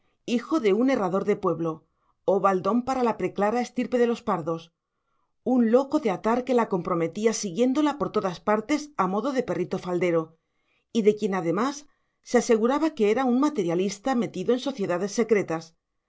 hijo de un herrador de pueblo oh baldón para la preclara estirpe de los pardos un loco de atar que la comprometía siguiéndola por todas partes a modo de perrito faldero y de quien además se aseguraba que era un materialista metido en sociedades secretas